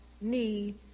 need